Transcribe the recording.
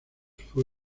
fue